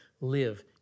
live